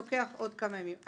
לוקח עוד כמה ימים.